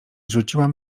rzuciłam